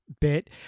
bit